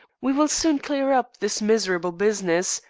we will soon clear up this miserable business.